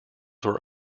were